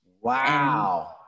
Wow